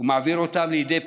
ומעביר אותן לידי פקידים.